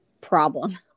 problem